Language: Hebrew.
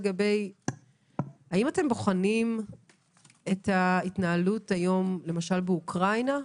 האם אתם בוחנים את ההתנהלות היום למשל באוקראינה?